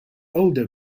older